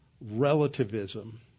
relativism